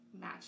match